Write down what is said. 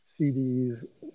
CDs